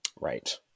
Right